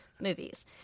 movies